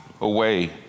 away